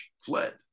fled